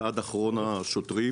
ועד אחרון השוטרים,